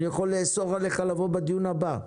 אבל אני יכול לאסור עליך לבוא לדיון הבא.